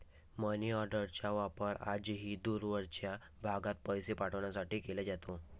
मनीऑर्डरचा वापर आजही दूरवरच्या भागात पैसे पाठवण्यासाठी केला जातो